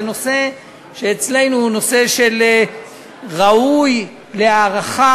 זה נושא שאצלנו הוא נושא שראוי להערכה.